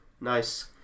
nice